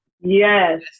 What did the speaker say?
yes